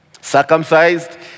circumcised